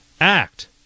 Act